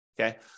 Okay